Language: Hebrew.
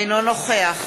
אינו נוכח